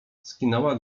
skinęła